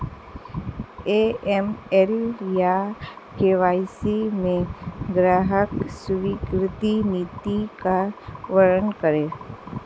AML या KYC में ग्राहक स्वीकृति नीति का वर्णन करें?